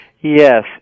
Yes